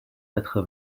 quatre